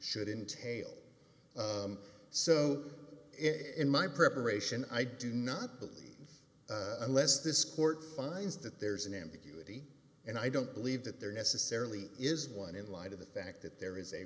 should entailed so in my preparation i do not believe unless this court finds that there's an ambiguity and i don't believe that there necessarily is one in light of the fact that there is a